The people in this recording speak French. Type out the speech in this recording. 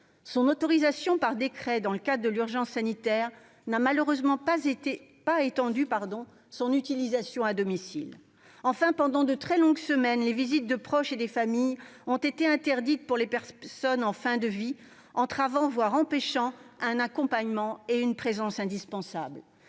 son utilisation, dans le cadre de l'urgence sanitaire, n'a malheureusement pas étendu son emploi à domicile. Enfin, pendant de très longues semaines, les visites des proches et des familles ont été interdites pour les personnes en fin de vie, entravant voire empêchant un accompagnement et une présence indispensables.